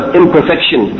imperfection